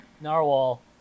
Narwhal